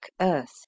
earth